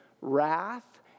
wrath